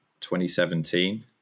2017